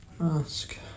ask